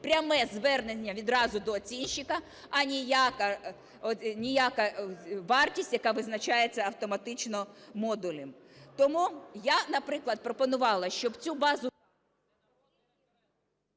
пряме звернення відразу до оцінщика, а ніяка вартість, яка визначається автоматично модулем. Тому я, наприклад, пропонувала, щоб цю базу…